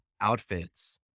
outfits